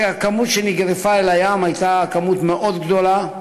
הכמות שנגרפה אל הים הייתה מאוד גדולה,